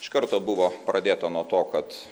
iš karto buvo pradėta nuo to kad